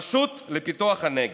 רשות לפיתוח הנגב,